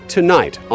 Tonight